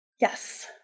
Yes